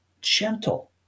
gentle